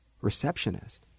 receptionist